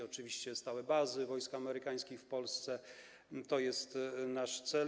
Oczywiście stałe bazy wojsk amerykańskich w Polsce to jest nasz cel.